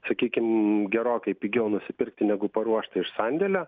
sakykim gerokai pigiau nusipirkti negu paruoštą iš sandėlio